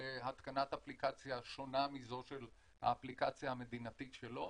בהתקנת האפליקציה שונה מזו של האפליקציה המדינתית שלו.